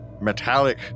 metallic